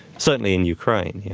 certainly in ukraine. yeah.